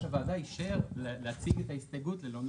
הוועדה אישר להציג את ההסתייגות ללא נוכחותו.